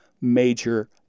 major